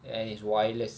and it's wireless